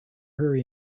hurry